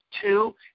Two